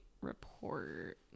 report